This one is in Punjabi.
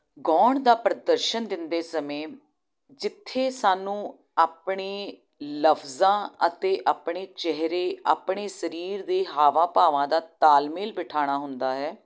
ਗਾਉਣ ਦਾ ਪ੍ਰਦਰਸ਼ਨ ਦਿੰਦੇ ਸਮੇਂ ਜਿੱਥੇ ਸਾਨੂੰ ਆਪਣੇ ਲਫਜ਼ਾਂ ਅਤੇ ਆਪਣੇ ਚਿਹਰੇ ਆਪਣੇ ਸਰੀਰ ਦੇ ਹਾਵਾਂ ਭਾਵਾਂ ਦਾ ਤਾਲਮੇਲ ਬਿਠਾਉਣਾ ਹੁੰਦਾ ਹੈ